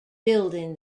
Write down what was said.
building